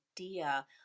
idea